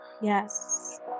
Yes